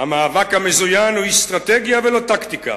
"המאבק המזוין הוא אסטרטגיה ולא טקטיקה.